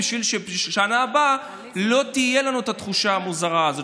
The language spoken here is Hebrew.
בשביל שבשנה הבאה לא תהיה לנו התחושה המוזרה הזאת,